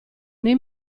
nei